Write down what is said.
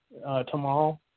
tomorrow